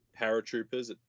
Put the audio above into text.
paratroopers